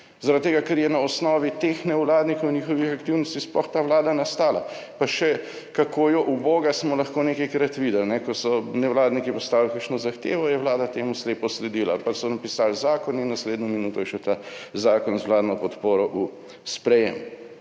tega, ker je na osnovi teh nevladnikov in njihovih aktivnosti sploh ta Vlada nastala. Pa še kako jo uboga, smo lahko nekajkrat videli, ko so nevladniki postavili kakšno zahtevo, je Vlada temu slepo sledila ali pa so napisali zakon in naslednjo minuto je šel ta zakon z vladno podporo v sprejem.